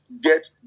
get